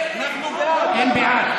אנחנו בעד.